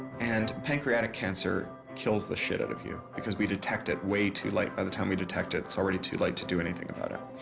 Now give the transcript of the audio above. and pancreatic cancer kills the shit out of you. because we detect it way to late. by the time we detect its already too late to do anything about ah